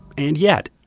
and yet,